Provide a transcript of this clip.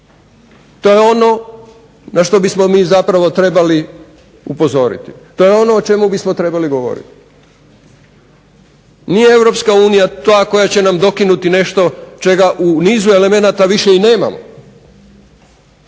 To je ono na što bismo mi zapravo trebali upozoriti. To je ono o čemu bismo trebali govoriti. Nije Europska unija ta koja će nam dokinuti nešto čega u nizu elemenata više i nemamo,